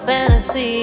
Fantasy